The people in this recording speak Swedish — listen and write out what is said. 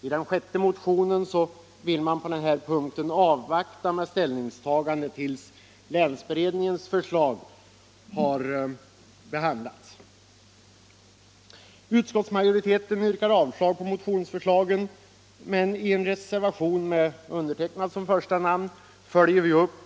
I den sjätte motionen vill man avvakta med ställningstagandet på denna punkt tills länsberedningens förslag har behandlats. Utskottsmajoriteten yrkar avslag på motionsförslagen, men i en reservation till skatteutskottets betänkande med mig själv som första namn följer vi upp